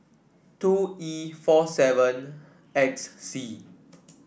two E four seven X C